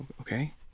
Okay